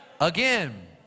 Again